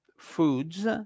foods